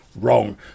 wrong